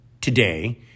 Today